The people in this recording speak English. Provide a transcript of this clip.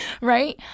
right